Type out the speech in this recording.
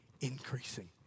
increasing